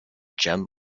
gem